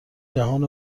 جهان